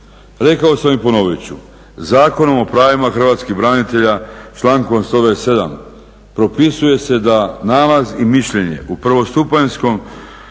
Rekao sam i ponovit ću. Zakonom o pravima hrvatskih branitelja člankom 127. propisuje se da nalaz i mišljenje u prvostupanjskom